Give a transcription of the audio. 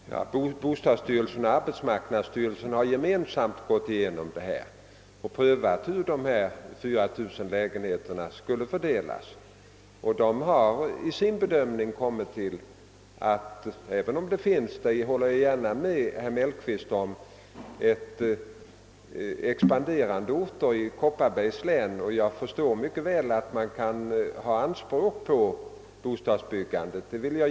Herr talman! Bostadsstyrelsen och arbetsmarknadsstyrelsen har gemensamt prövat hur de 4000 lägenheterna skulle fördelas. Jag håller gärna med herr Mellqvist om att det finns expanderande orter i Kopparbergs län. Jag förstår mycket väl att man där kan ha behov av ökat bostadsbyggande.